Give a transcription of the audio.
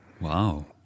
Wow